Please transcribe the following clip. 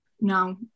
no